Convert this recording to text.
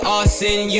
Austin